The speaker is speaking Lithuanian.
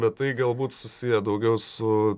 bet tai galbūt susiję daugiau su